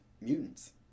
mutants